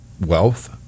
wealth